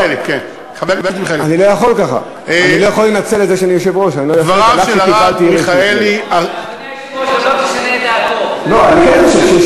חבר הכנסת אשר, אני גם ויתרתי, אני גם לא מרשה לך.